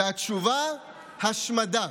התשובה: השמדה.